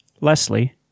Leslie